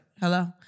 Hello